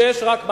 יש רק,